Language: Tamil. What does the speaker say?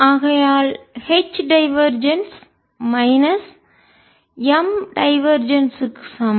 ஆகையால் H divergence minus M divergence க்கு சமம்